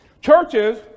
Churches